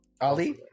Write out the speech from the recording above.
Ali